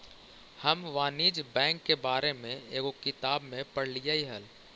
हम वाणिज्य बैंक के बारे में एगो किताब में पढ़लियइ हल